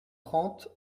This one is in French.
trente